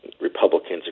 Republicans